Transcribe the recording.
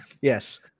Yes